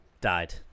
died